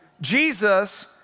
Jesus